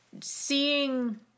seeing